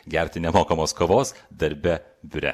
gerti nemokamos kavos darbe biure